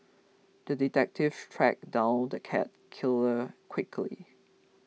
the detective tracked down the cat killer quickly